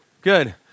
Good